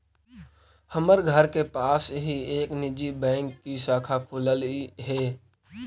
हमर घर के पास ही एक निजी बैंक की शाखा खुललई हे